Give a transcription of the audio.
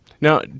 Now